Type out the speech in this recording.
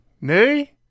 nay